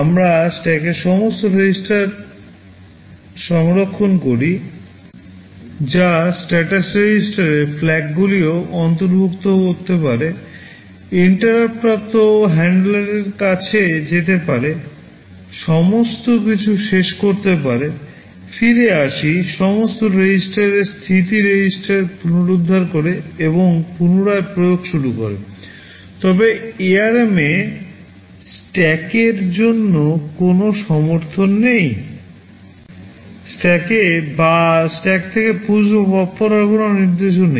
আমরা স্ট্যাকের সমস্ত REGISTER সংরক্ষণ করি যা status REGISTER এবং FLAG গুলিও অন্তর্ভুক্ত করতে পারে INTERRUPT প্রাপ্ত হ্যান্ডলারের কাছে যেতে পারে সমস্ত কিছু শেষ করতে পারে ফিরে আসি সমস্ত REGISTER এবং স্থিতি REGISTER পুনরুদ্ধার করে এবং পুনরায় প্রয়োগ শুরু করে তবে ARM এ স্ট্যাকের জন্য কোনও সমর্থন নেই স্ট্যাকে বা স্ট্যাক থেকে পুশ বা পপ করার কোনও নির্দেশ নেই